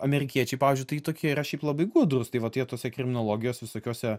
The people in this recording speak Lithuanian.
amerikiečiai pavyzdžiui tai tokie yra šiaip labai gudrūs tai va tai jie tuose kriminologijos visokiuose